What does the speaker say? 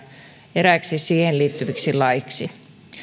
eräiksi siihen liittyviksi laeiksi